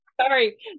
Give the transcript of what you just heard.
Sorry